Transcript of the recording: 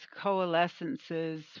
coalescences